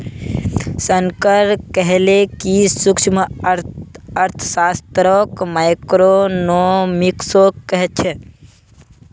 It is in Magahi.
शंकर कहले कि सूक्ष्मअर्थशास्त्रक माइक्रोइकॉनॉमिक्सो कह छेक